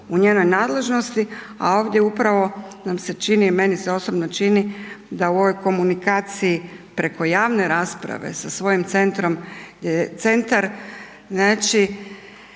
u njenoj nadležnosti, a ovdje upravo nam se čini, meni se osobno čini da u ovoj komunikaciji preko javne rasprave sa svojim centrom,